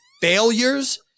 failures